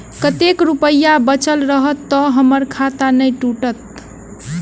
कतेक रुपया बचल रहत तऽ हम्मर खाता नै टूटत?